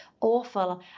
awful